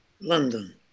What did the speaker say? London